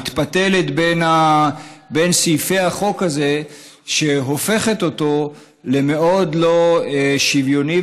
שמתפתלת בין סעיפי החוק הזה והופכת אותו למאוד לא שוויוני.